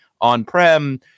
on-prem